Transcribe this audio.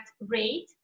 rate